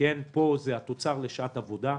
ופה זה התוצר לשעת עבודה.